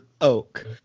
oak